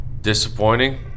Disappointing